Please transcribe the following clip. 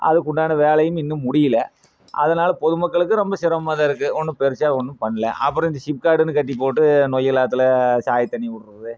அதுக்குண்டான வேலையும் இன்னும் முடியலை அதனால பொதுமக்களுக்கு ரொம்ப சிரமமாகதான் இருக்குது ஒன்றும் பெரிசா ஒன்றும் பண்ணலை அப்புறம் இந்த சிப்காட்னு கட்டிப்போட்டு நொய்யல் ஆற்றுல சாயத்தண்ணீர் விடுறது